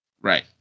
Right